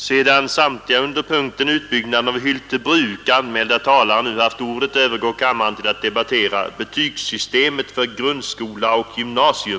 Sedan de under punkten ”Utbyggnaden av Hyltebruk” anmälda talarna nu haft ordet övergår kammaren till att debattera ”Betygsystemet för grundskola och gymnasium”.